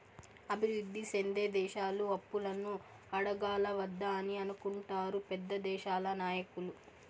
అభివృద్ధి సెందే దేశాలు అప్పులను అడగాలా వద్దా అని అనుకుంటారు పెద్ద దేశాల నాయకులు